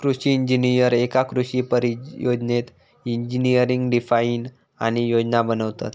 कृषि इंजिनीयर एका कृषि परियोजनेत इंजिनियरिंग डिझाईन आणि योजना बनवतत